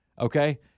Okay